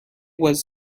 was